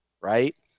right